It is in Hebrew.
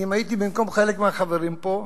אם הייתי במקום חלק מהחברים פה,